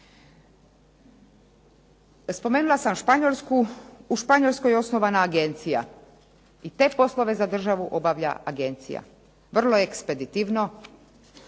Spomenula sam Španjolsku. U Španjolskoj je osnovana agencija i te poslove za državu obavlja agencija vrlo egspeditivno.